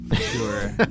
Sure